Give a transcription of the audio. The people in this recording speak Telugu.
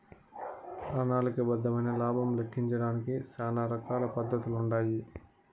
ప్రణాళిక బద్దమైన లాబం లెక్కించడానికి శానా రకాల పద్దతులుండాయి